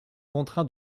contraint